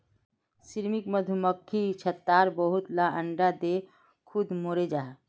श्रमिक मधुमक्खी छत्तात बहुत ला अंडा दें खुद मोरे जहा